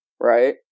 Right